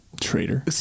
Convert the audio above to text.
traitor